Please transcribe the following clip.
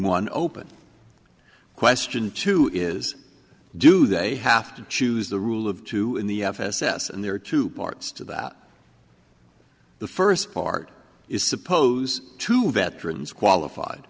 one open question two is do they have to choose the rule of two in the f s s and there are two parts to that the first part is suppose to veterans qualified